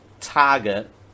target